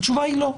התשובה היא לא.